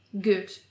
good